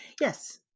Yes